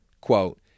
Quote